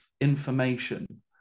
information